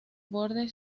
borde